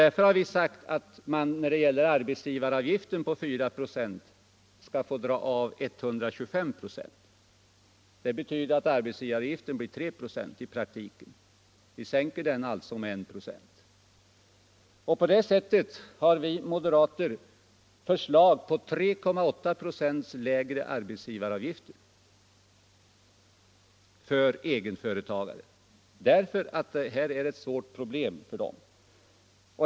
Därför har vi sagt att man, när det gäller arbetsgivaravgiften på 4 96, skall få dra av 125 96. Det betyder att arbetsgivaravgiften blir 3 96 i praktiken. Vi sänker den alltså med 1 96. På det sättet har vi moderater förslag på 3,8 96 lägre arbetsgivaravgifter för egenföretagare därför att det här är ett svårt problem för dem.